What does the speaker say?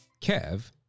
Kev